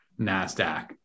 NASDAQ